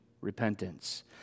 repentance